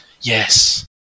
Yes